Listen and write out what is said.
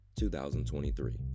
2023